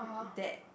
dad